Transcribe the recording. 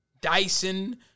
Dyson